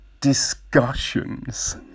Discussions